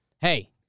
hey